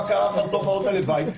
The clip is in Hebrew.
בקרה ותופעות הלוואי.